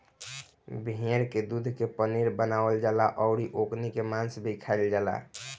भेड़ के दूध के पनीर बनावल जाला अउरी ओकनी के मांस भी खाईल जाला